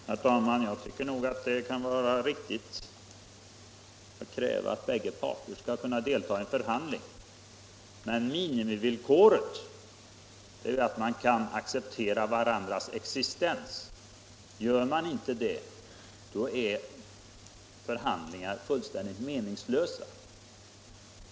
Herr talman! Jag tycker det kan vara rimligt att kräva att båda parter skall delta i en förhandling. Men minimivillkoret är ju att man kan acceptera varandras existens. Gör man inte det är förhandlingar fullständigt meningslösa.